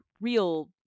real